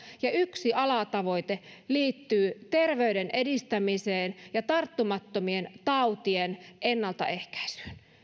ja yksi alatavoite liittyy terveyden edistämiseen ja tarttumattomien tautien ennaltaehkäisyyn